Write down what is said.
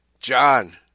John